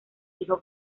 hijo